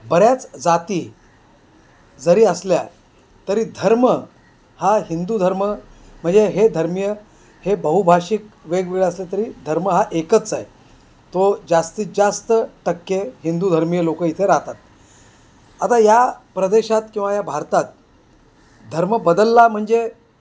बऱ्याच जाती जरी असल्या तरी धर्म हा हिंदू धर्म म्हणजे हे धर्मीय हे बहुभाषिक वेगवेगळे असले तरी धर्म हा एकच आहे तो जास्तीत जास्त टक्के हिंदूधर्मीय लोक इथे राहतात आता या प्रदेशात किंवा या भारतात धर्म बदलला म्हणजे